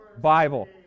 Bible